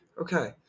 Okay